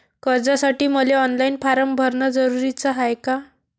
कर्जासाठी मले online form भरन जरुरीच हाय का?